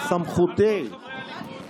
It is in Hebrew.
מיקי, לא אתה.